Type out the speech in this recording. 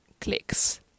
clicks